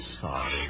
sorry